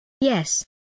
Yes